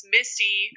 Misty